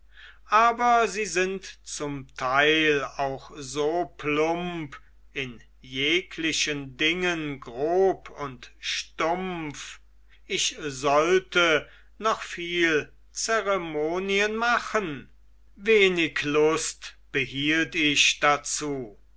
aber sie sind zum teil auch so plump in jeglichen dingen grob und stumpf ich sollte noch viel zeremonien machen wenig lust behielt ich dazu